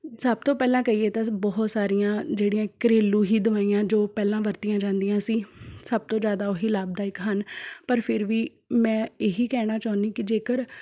ਸਭ ਤੋਂ ਪਹਿਲਾਂ ਕਹੀਏ ਤਾਂ ਬਹੁਤ ਸਾਰੀਆਂ ਜਿਹੜੀਆਂ ਘਰੇਲੂ ਹੀ ਦਵਾਈਆਂ ਜੋ ਪਹਿਲਾਂ ਵਰਤੀਆਂ ਜਾਂਦੀਆਂ ਸੀ ਸਭ ਤੋਂ ਜ਼ਿਆਦਾ ਉਹੀ ਲਾਭਦਾਇਕ ਹਨ ਪਰ ਫਿਰ ਵੀ ਮੈਂ ਇਹੀ ਕਹਿਣਾ ਚਾਹੁੰਦੀ ਕਿ ਜੇਕਰ